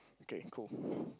okay cool